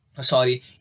sorry